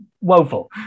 woeful